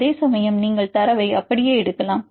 அதேசமயம் நீங்கள் தரவை அப்படியே எடுக்கலாம்